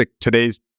today's